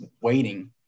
waiting